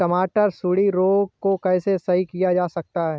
टमाटर से सुंडी रोग को कैसे सही किया जा सकता है?